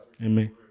Amen